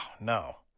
no